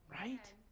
Right